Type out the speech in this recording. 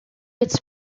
its